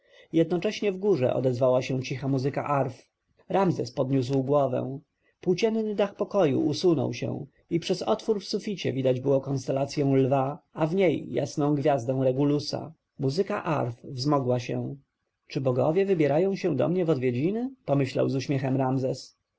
jednocześnie w górze odezwała się cicha muzyka arf ramzes podniósł głowę płócienny dach pokoju usunął się i przez otwór w suficie widać było konstelację lwa a w niej jasną gwiazdę regulusa muzyka arf wzmogła się czy bogowie wybierają się do mnie w odwiedziny pomyślał z uśmiechem ramzes